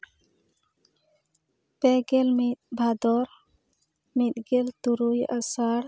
ᱯᱮᱜᱮᱞ ᱢᱤᱫ ᱵᱷᱟᱫᱚᱨ ᱢᱤᱫᱜᱮᱞ ᱛᱩᱨᱩᱭ ᱟᱥᱟᱲ